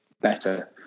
better